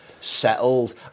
Settled